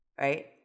right